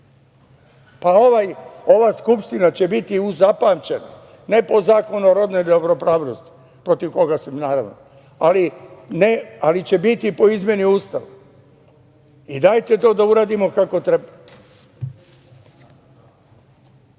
Ova Skupština će biti zapamćena ne po Zakonu o rodnoj ravnopravnosti, protiv koga sam naravno, ali će biti po izmeni Ustava i dajte to da uradimo kako